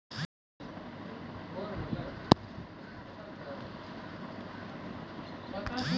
एकर उद्देश्य फसलक गुणवत्ता मे सुधार, उत्पादन मे वृद्धि आ रोग सं बचाव होइ छै